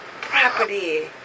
property